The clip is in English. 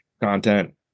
content